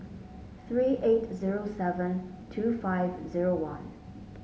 three eight zero seven two five zero one